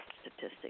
statistics